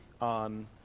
on